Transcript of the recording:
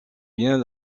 bien